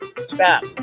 Stop